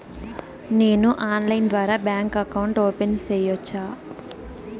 నేను ఆన్లైన్ ద్వారా bank account open సేయొచ్చా?